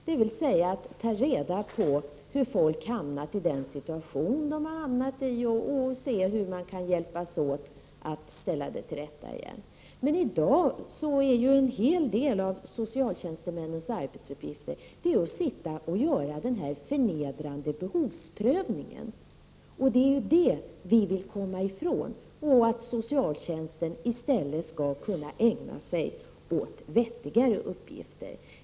Man skulle kunna ta reda på varför folk hamnar i olika situationer och hur man kan hjälpas åt för att ställa det till rätta igen. I dag består socialtjänstemännens arbetsuppgifter till stor del i att göra denna förnedrande behovsprövning. Det är det vi vill komma ifrån. Vi vill att socialtjänsten i stället skall kunna ägna sig åt vettigare uppgifter.